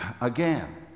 again